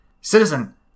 Citizen